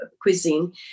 cuisine